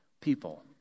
people